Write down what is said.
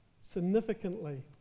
significantly